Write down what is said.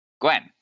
Gwen